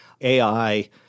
AI